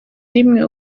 rimwe